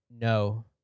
no